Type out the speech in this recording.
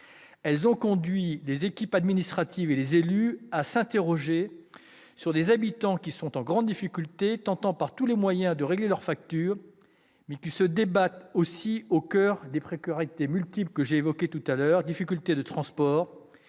elle a conduit les équipes administratives et les élus à s'interroger sur des habitants en grande difficulté, qui tentent par tous les moyens de régler leurs factures, mais se débattent aussi au coeur des précarités multiples que j'ai précédemment évoquées- difficultés de transport,